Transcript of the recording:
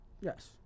yes